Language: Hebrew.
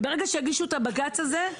וברגע שיגישו את הבג"ץ הזה,